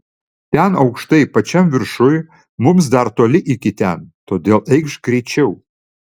ten aukštai pačiam viršuj mums dar toli iki ten todėl eikš greičiau